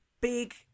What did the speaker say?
big